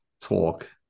talk